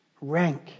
Rank